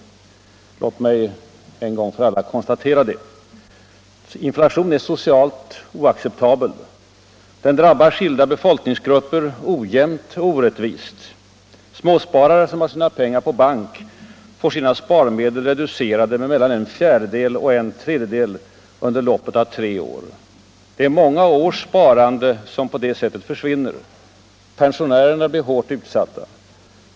Låt mig en gång för alla konstatera det. Inflationen är socialt oacceptabel. Den drabbar skilda befolkningsgrupper ojämnt och orättvist. Småsparare som har sina pengar på bank får sina sparmedel reducerade med mellan en fjärdedel och en tredjedel under loppet av tre år. Det är många års sparande som på detta sätt försvinner. Pensionärerna blir hårt utsatta.